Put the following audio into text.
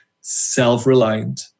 self-reliant